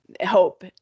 hope